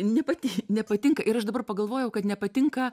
nepati nepatinka ir aš dabar pagalvojau kad nepatinka